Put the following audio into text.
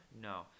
no